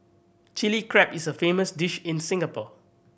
Chilli Crab is a famous dish in Singapore